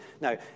Now